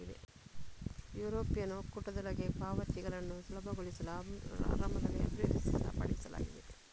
European ಒಕ್ಕೂಟದೊಳಗೆ ಪಾವತಿಗಳನ್ನು ಸುಲಭಗೊಳಿಸಲು ಆರಂಭದಲ್ಲಿ ಅಭಿವೃದ್ಧಿಪಡಿಸಲಾಗಿದೆ